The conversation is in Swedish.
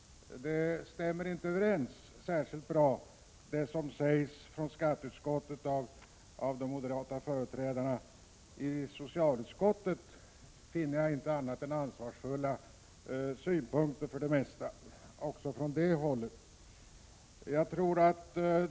Det stämmer inte överens särskilt bra det som sägs av de moderata företrädarna i skatteutskottet med vad moderaterna i socialutskottet tycker. Där finner jag för det mesta inte annat än ansvarsfulla synpunkter.